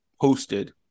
posted